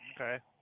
Okay